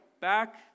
back